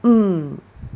mm